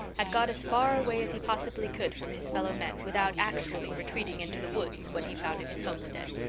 had got as far away as he possibly could from his fellow men without actually retreating into the woods when he founded his homestead.